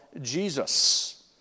Jesus